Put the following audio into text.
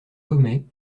comet